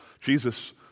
Jesus